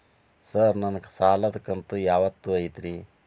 Sir ನನ್ನ ಸಾಲದ ಕಂತು ಯಾವತ್ತೂ ಐತ್ರಿ?